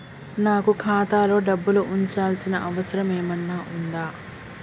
నాకు ఖాతాలో డబ్బులు ఉంచాల్సిన అవసరం ఏమన్నా ఉందా?